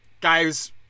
Guy's